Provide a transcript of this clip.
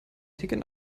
ticket